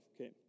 Okay